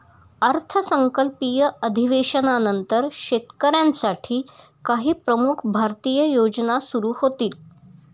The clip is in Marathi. अर्थसंकल्पीय अधिवेशनानंतर शेतकऱ्यांसाठी काही प्रमुख भारतीय योजना सुरू होतील